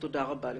תודה רבה לכולם.